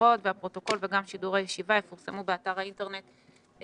ומשודרות והפרוטוקול וגם שידור הישיבה יפורסמו באתר של הכנסת.